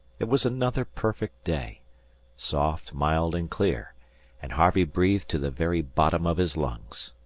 it was another perfect day soft, mild, and clear and harvey breathed to the very bottom of his lungs.